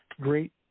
great